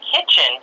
kitchen